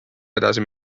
edasi